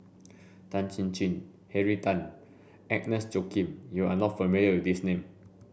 Tan Chin Chin Henry Tan Agnes Joaquim You are not familiar with these names